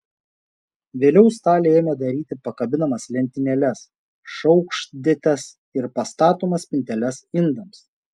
vėliau staliai ėmė daryti pakabinamas lentynėles šaukštdėtes ir pastatomas spinteles indams